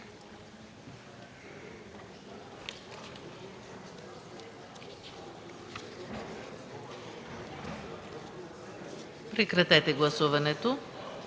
Прекратете гласуването!